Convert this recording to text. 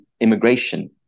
immigration